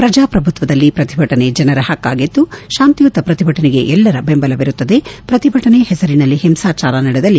ಪ್ರಜಾಪ್ರಭುತ್ವದಲ್ಲಿ ಪ್ರತಿಭಟನೆ ಜನರ ಹಕ್ಕಾಗಿದ್ದು ಶಾಂತಿಯುತ ಪ್ರತಿಭಟನೆಗೆ ಎಲ್ಲರ ಬೆಂಬಲವಿರುತ್ತದೆ ಪ್ರತಿಭಟನೆ ಹೆಸರಿನಲ್ಲಿ ಹಿಂಸಾಚಾರ ನಡೆದಲ್ಲಿ